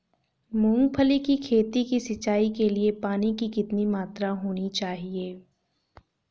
मूंगफली की खेती की सिंचाई के लिए पानी की कितनी मात्रा होनी चाहिए?